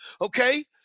Okay